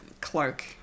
cloak